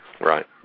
Right